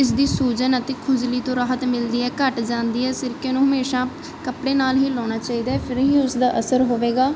ਇਸਦੀ ਸੂਜਨ ਅਤੇ ਖੁਜਲੀ ਤੋਂ ਰਾਹਤ ਮਿਲਦੀ ਹੈ ਘੱਟ ਜਾਂਦੀ ਹੈ ਸਿਰਕੇ ਨੂੰ ਹਮੇਸ਼ਾ ਕੱਪੜੇ ਨਾਲ ਹੀ ਲਾਉਣਾ ਚਾਹੀਦਾ ਫਿਰ ਹੀ ਉਸ ਦਾ ਅਸਰ ਹੋਵੇਗਾ